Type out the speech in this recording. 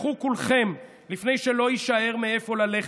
לכו כולכם, לפני שלא יישאר מאיפה ללכת.